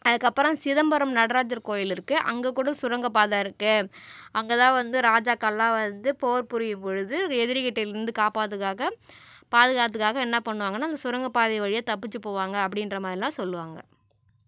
அதுக்கப்புறம் சிதம்பரம் நடராஜர் கோயில் இருக்குது அங்கே கூட சுரங்கப்பாதை இருக்குது அங்கே தான் வந்து ராஜாக்கள்லாம் வந்து போர் புரியும் பொழுது எதிரிகள்கிட்டேருந்து காப்பாற்றதுக்காக பாதுகாத்துக்காக என்ன பண்ணுவாங்கன்னால் அந்த சுரங்கப்பாதை வழியாக தப்பித்து போவாங்க அப்படின்ற மாதிரிலாம் சொல்லுவாங்க